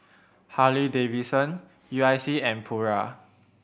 Harley Davidson U I C and Pura